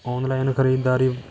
online ਖਰੀਦਦਾਰੀ